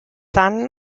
son